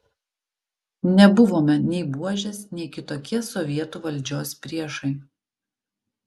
nebuvome nei buožės nei kitokie sovietų valdžios priešai